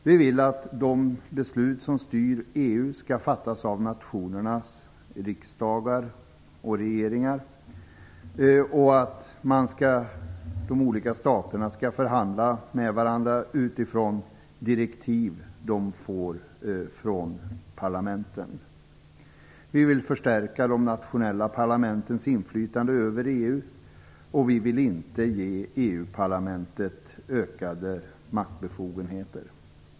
Vi vill att de beslut som styr EU skall fattas av nationernas riksdagar och regeringar och att de olika staterna skall förhandla med varandra utifrån direktiv som de får från parlamenten. Vi vill förstärka de nationella parlamentens inflytande över EU. Vi vill inte ge EU parlamentet ökade maktbefogenheter.